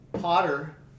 Potter